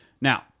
Now